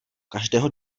každého